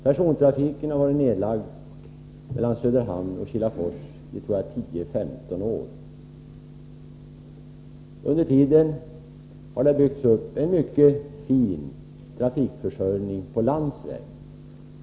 Persontrafiken mellan Söderhamn och Kilafors har varit nedlagd i, tror jag, tio femton år. Under den tiden har det byggts upp en mycket fin trafikförsörjning på landsväg.